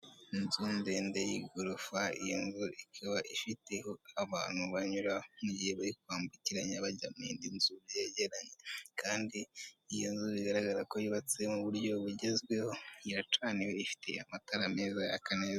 Inzu ndende y'igorofa, iyi nzu ikaba ifite aho abantu banyura mu gihe bari kwambukiranya bajya mu yindi nzu byegeranye, kandi iyo nzu bigaragara ko yubatse mu buryo bugezweho, iracaniwe, ifite amatara meza yaka neza.